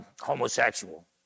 Homosexual